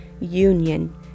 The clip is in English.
union